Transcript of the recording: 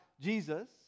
Jesus